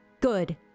Good